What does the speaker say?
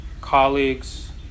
colleagues